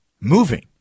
moving